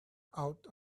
out